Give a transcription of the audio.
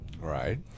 Right